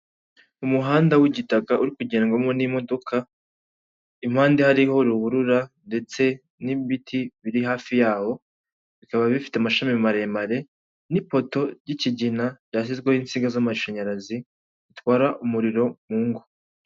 Umuhanda w'igitaka uri kugendwamo n'imodoka, impande hariho ruhurura ndetse n'ibiti biri hafi yawo bikaba bifite amashami maremare, n'ipoto y'ikigina yashyizweho insinga z'amashanyarazi zitwara umuriro mu ngo.